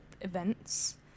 events